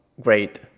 great